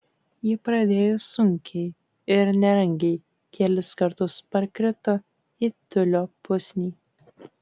ji pradėjo sunkiai ir nerangiai kelis kartus parkrito į tiulio pusnį